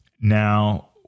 Now